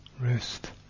rest